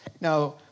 Now